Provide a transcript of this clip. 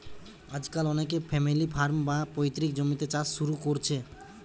আজকাল অনেকে family farm, বা পৈতৃক জমিতে চাষ শুরু কোরছে